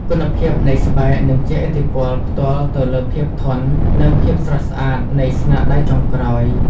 គុណភាពនៃស្បែកនឹងជះឥទ្ធិពលផ្ទាល់ទៅលើភាពធន់និងភាពស្រស់ស្អាតនៃស្នាដៃចុងក្រោយ។